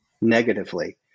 negatively